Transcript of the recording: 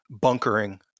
bunkering